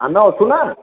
ଆମେ ଅଛୁ ନା